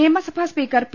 നിയമസഭാ speaker P